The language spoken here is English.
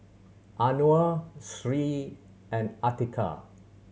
Anuar Sri and Atiqah